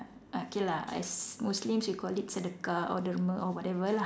okay lah as Muslims we called it sedekah or derma or whatever lah